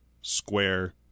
square